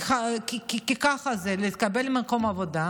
כי ככה זה להתקבל למקום עבודה,